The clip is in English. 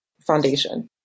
foundation